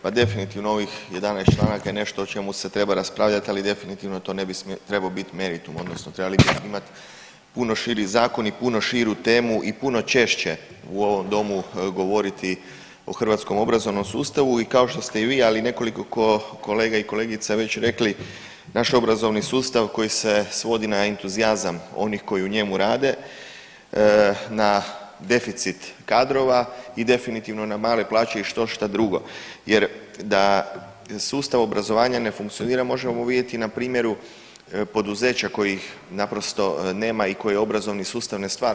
Pa definitivno ovih 11 članaka je nešto o čemu se treba raspravljati, ali definitivno to ne bi trebao biti meritum, odnosno trebali bi imati puno širi zakon i puno širu temu i puno češće u ovom Domu govoriti o hrvatskom obrazovnom sustavu i kao što ste i vi, ali i nekoliko kolega i kolegica već rekli, naš obrazovni sustav koji se svodi na entuzijazam onih koji u njemu rade, na deficit kadrova i definitivno na male plaće i štošta drugo jer da sustav obrazovanja ne funkcionira možemo vidjeti na primjeru poduzeća koji ih naprosto nema i koje obrazovni sustav ne stvara.